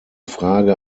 frage